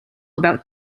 about